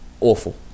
awful